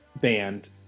band